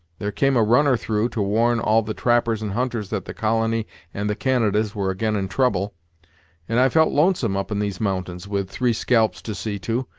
there came a runner through, to warn all the trappers and hunters that the colony and the canadas were again in trouble and i felt lonesome, up in these mountains, with three scalps to see to,